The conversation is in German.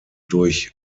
durch